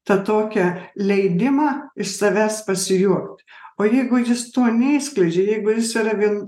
tą tokią leidimą iš savęs pasijuokti o jeigu jis to neišskleidžia jeigu jis yra vien